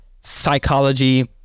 psychology